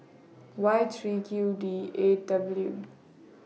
Y three Q D eight W